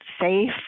safe